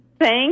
Thank